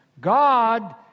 God